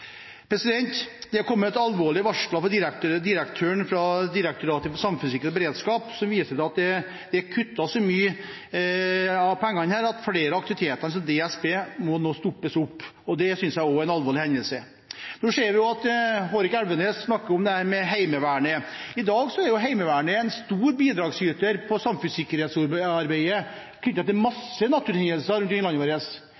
området. Det er kommet alvorlige varsler fra Direktoratet for samfunnssikkerhet og beredskap som viser til at det er kuttet så mye av pengene at flere av aktivitetene til DSB må stoppes. Det synes jeg også er en alvorlig hendelse. Hårek Elvenes snakker om Heimevernet. I dag er Heimevernet en stor bidragsyter innen samfunnssikkerhetsarbeidet knyttet til mange naturhendelser rundt om i landet vårt. Om vi får en stor brann i landet vårt – ute på